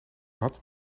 had